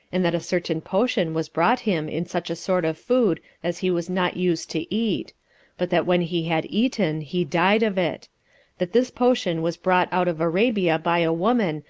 and that a certain potion was brought him in such a sort of food as he was not used to eat but that when he had eaten, he died of it that this potion was brought out of arabia by a woman,